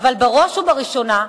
אבל בראש ובראשונה,